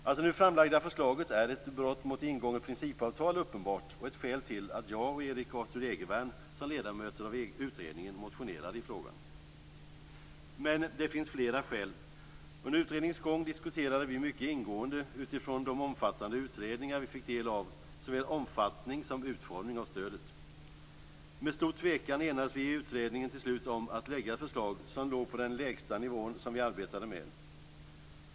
Att det nu framlagda förslaget är ett brott mot ingånget principavtal är uppenbart och ett skäl till att jag och Men det finns flera skäl. Under utredningens gång diskuterade vi mycket ingående utifrån de omfattande utredningar som vi fick ta del av såväl omfattning som utformning av stödet. Med stor tvekan enades vi i utredningen till slut om att lägga fram ett förslag som låg på den lägsta nivå som vi arbetade med.